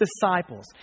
disciples